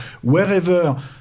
wherever